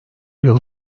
yıl